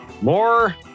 more